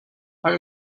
are